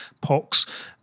pox